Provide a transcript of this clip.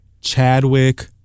Chadwick